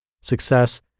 Success